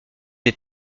des